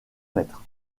mètres